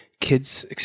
kid's